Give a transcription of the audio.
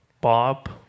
Bob